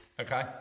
Okay